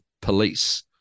Police